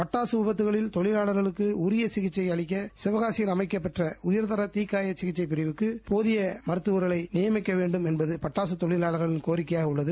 பட்டாசு விபத்துக்களில் தொழிலாளர்களுக்கு உரிய சிகிச்சை அளிக்க சிவகாசியில் அமைக்கப்பெற்ற உயர்தர தீக்காய சிகிச்சை பிரிவுக்கு போதிய மருத்துவர்களை நியமிக்க வேண்டும் என்பது பட்டாசு தொழிலாளர்கள் கோரிக்கையாக உள்ளது